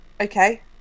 okay